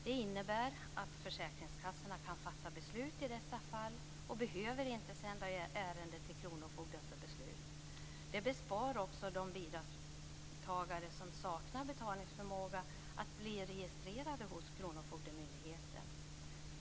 Det innebär att försäkringskassorna kan fatta beslut i dessa fall och inte behöver sända över ärendet till kronofogden för beslut. Det besparar också de bidragstagare som saknar betalningsförmåga att bli registrerade hos kronofogdemyndigheten.